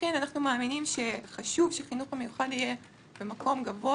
אנחנו מאמינים שהחינוך המיוחד יהיה במקום גבוה